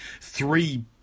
Three